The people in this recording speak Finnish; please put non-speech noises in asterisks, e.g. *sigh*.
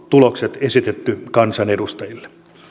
*unintelligible* tulokset esitetty kansanedustajille